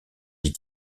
est